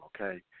okay